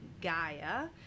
Gaia